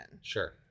Sure